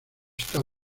está